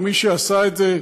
או מי שעשה את זה,